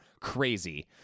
crazy